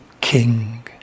king